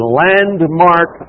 landmark